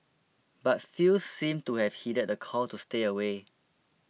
but few seemed to have heeded the call to stay away